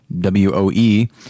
W-O-E